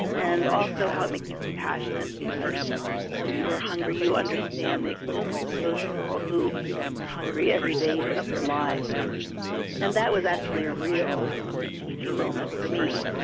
and also how it makes you compassionate. because when you are hungry, you understand understand the experience of those people who are hungry every day of their lives and that was actually a real teaching moment for me.